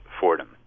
Fordham